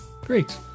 Great